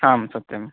हां सत्यं